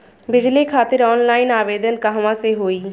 बिजली खातिर ऑनलाइन आवेदन कहवा से होयी?